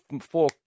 four